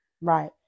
right